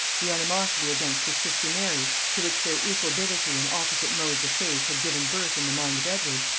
the animosity against his sister mary, to which their equal bigotry in opposite modes of faith had given birth in the mind of edward,